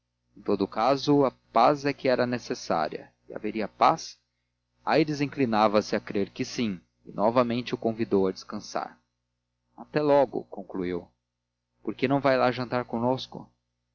todo caso a paz é que era necessária e haveria paz aires inclinava-se a crer que sim e novamente o convidou a descansar até logo concluiu por que não vai lá jantar conosco